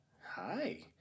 hi